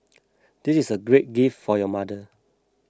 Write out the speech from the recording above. this is a great gift for your mother